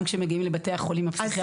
גם כשהם מגיעים לבתי החולים הפסיכיאטריים,